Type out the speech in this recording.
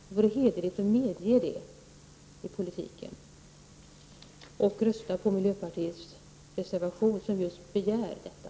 Det vore hederligt att medge det i politiken och rösta på miljöpartiets reservation där vi begär detta.